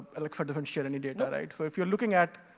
alexa doesn't share any data, right? so if you're looking at.